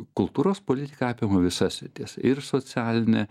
kultūros politika apima visas sritis ir socialinę